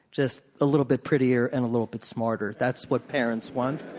just a little bit prettier and a little bit smarter. that's what parents want.